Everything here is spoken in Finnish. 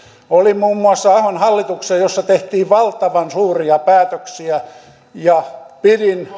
olin muun muassa ahon hallituksessa jossa tehtiin valtavan suuria päätöksiä pidin